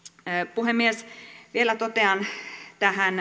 puhemies vielä totean tähän